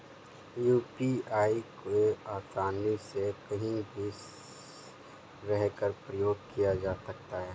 UPI को आसानी से कहीं भी रहकर प्रयोग किया जा सकता है